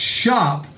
shop